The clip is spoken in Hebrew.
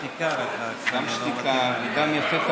שרק יורידו אותי.